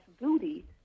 duty